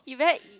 you very